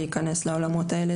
אני אכנס לעולמות האלה,